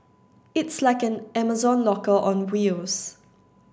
it's like an Amazon locker on wheels